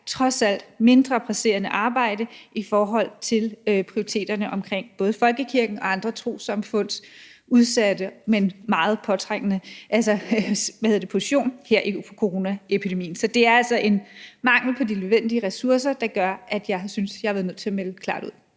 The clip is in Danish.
trods alt er et mindre presserende arbejde i forhold til prioriteterne omkring både folkekirkens og andre trossamfunds udsatte, men meget påtrængende position her under coronaepidemien. Så det er altså en mangel på de nødvendige ressourcer, der gør, at jeg har syntes, at jeg har været nødt til at melde det klart ud.